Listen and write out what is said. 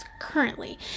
currently